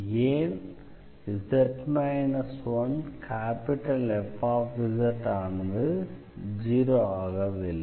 ஏன் z 1Fz ஆனது zero ஆகவில்லை